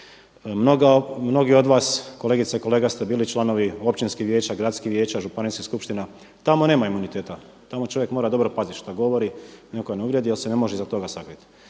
Mnogi od vas kolegica i kolega ste bili članovi općinskih vijeća, gradskih vijeća, županijskih skupština. Tamo nema imuniteta, tamo čovjek mora dobro paziti što govori da nekoga ne uvrijedi jer se ne može iza toga sakriti.